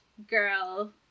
girl